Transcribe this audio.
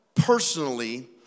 personally